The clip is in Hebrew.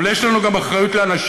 אבל יש לנו גם אחריות לאנשים.